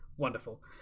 Wonderful